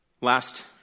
Last